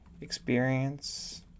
experience